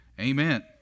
Amen